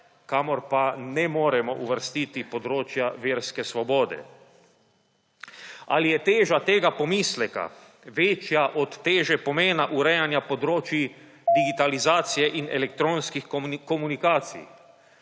kamor pa ne moremo uvrstiti področja verske svobode. Ali je teža tega pomisleka večja od teže pomena urejanja področij digitalizacije in elektronskih komunikacij?